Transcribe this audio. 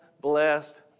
blessed